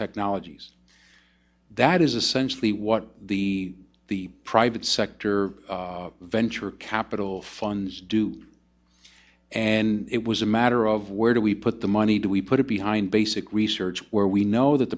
technologies that is essentially what the the private sector venture capital funds do and it was a matter of where do we put the money do we put it behind basic research where we know that